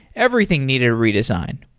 everything needed a redesign.